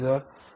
97 0